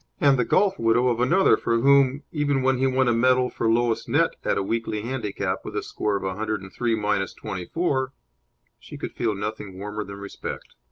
and the golf-widow of another for whom even when he won a medal for lowest net at a weekly handicap with a score of a hundred and three minus twenty-four she could feel nothing warmer than respect.